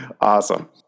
awesome